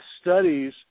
studies